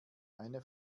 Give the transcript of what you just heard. eine